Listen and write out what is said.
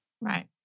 Right